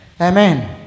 Amen